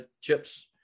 chips –